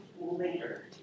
later